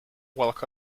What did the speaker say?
walk